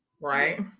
right